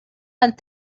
hunt